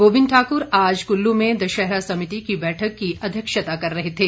गोविंद ठाकुर आज कुल्लू में दशहरा समिति की बैठक की अध्यक्षता कर रहे थे